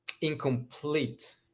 incomplete